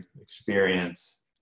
experience